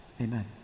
Amen